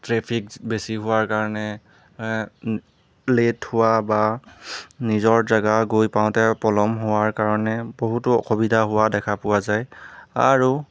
traffic বেছি হোৱাৰ কাৰণে লেট হোৱা বা নিজৰ জেগা গৈ পাওঁতে পলম হোৱাৰ কাৰণে বহুতো অসুবিধা হোৱা দেখা পোৱা যায় আৰু